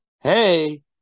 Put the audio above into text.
hey